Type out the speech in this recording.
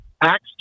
Acts